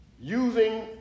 Using